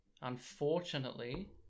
unfortunately